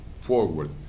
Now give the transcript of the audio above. forward